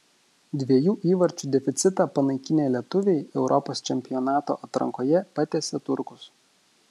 dviejų įvarčių deficitą panaikinę lietuviai europos čempionato atrankoje patiesė turkus